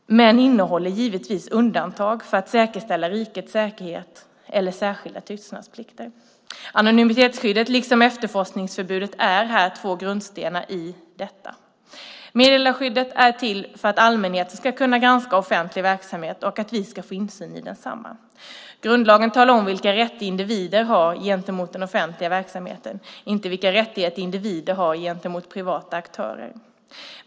Men det innehåller givetvis undantag för att säkerhetsställa rikets säkerhet eller särskilda tystnadsplikter. Anonymitetsskyddet liksom efterforskningsförbudet är två grundstenar i detta. Meddelarfriheten är till för att allmänheten ska kunna granska offentlig verksamhet och för att vi ska få insyn i densamma. Grundlagen talar om vilka rättigheter individer har gentemot den offentliga verksamheten - inte vilka rättigheter individer har gentemot privata aktörer.